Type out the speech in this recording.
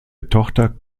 tochter